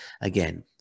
again